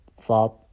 thought